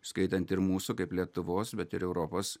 skaitant ir mūsų kaip lietuvos bet ir europos